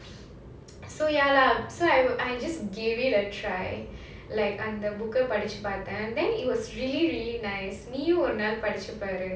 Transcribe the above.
so ya lah so I just gave it a try like அந்தandha book eh படிச்சு பார்த்தேன்:padichu paarthaen then it was really really nice நீயும் ஒருநாள் படிச்சு பாரு:neeyum oru naal padichu paaru